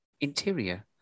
Interior